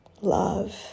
love